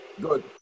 Good